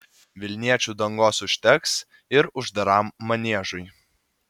vilniečių dangos užteks ir uždaram maniežui